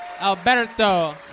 Alberto